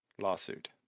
Lawsuit